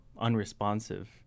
unresponsive